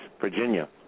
Virginia